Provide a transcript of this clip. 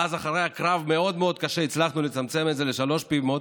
ואז אחרי קרב מאוד מאוד קשה הצלחנו לצמצם את זה לשלוש פעימות,